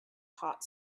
hot